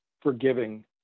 forgiving